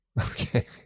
Okay